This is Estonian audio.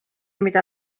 mida